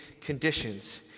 conditions